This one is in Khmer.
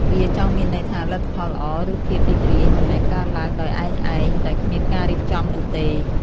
វាចង់មានន័យថា លទ្ធផលល្អ ឬភាពរីករាយ មិនមែនកើតឡើងដោយឯកឯងដោយគ្មានការរៀបចំនោះទេ។